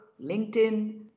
linkedin